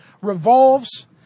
revolves